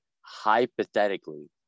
hypothetically